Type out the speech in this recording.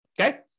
okay